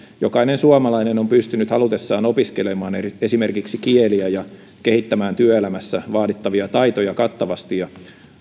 jokainen suomalainen on pystynyt halutessaan opiskelemaan esimerkiksi kieliä ja kehittämään työelämässä vaadittavia taitoja kattavasti ja